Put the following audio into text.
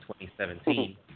2017